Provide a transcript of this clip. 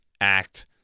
act